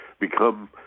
become